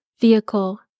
vehicle